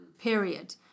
period